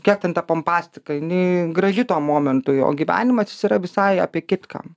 kiek ten ta pompastika jinai graži tuo momentu o gyvenimas jis yra visai apie kitką